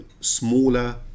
smaller